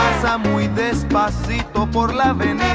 ah some point this must see for. laughing.